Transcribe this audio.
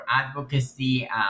advocacy